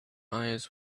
eyes